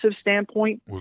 standpoint